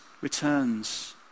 returns